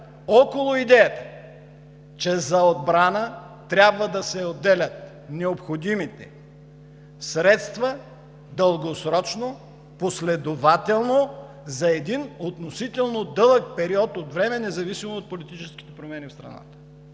около идеята, че за отбрана трябва да се отделят необходимите средства дългосрочно, последователно, за един относително дълъг период от време, независимо от политическите промени в страната.